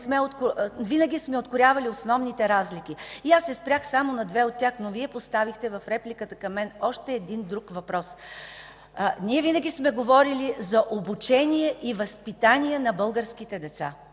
винаги сме откроявали основните разлики. Аз се спрях само на две от тях, но Вие в репликата към мен поставихте още един, друг въпрос. Винаги сме говорили за обучение и възпитание на българските деца.